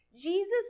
Jesus